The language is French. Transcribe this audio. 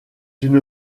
une